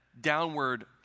downward